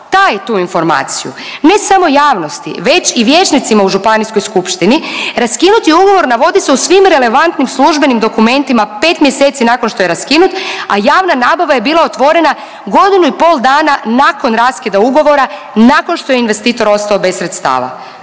taji tu informaciju ne samo javnosti već i vijećnicima u županijskoj skupštinu. Raskinuti ugovor navodi se u svim relevantnim službenim dokumentima 5 mjeseci nakon što je raskinut, a javna nabava je bila otvorena godinu i pol dana nakon raskida ugovora, nakon što je investitor ostao bez sredstava.